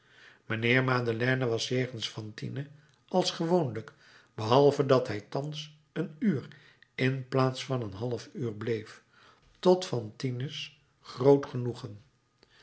mijnheer madeleine was jegens fantine als gewoonlijk behalve dat hij thans een uur in plaats van een half uur bleef tot fantine's groot genoegen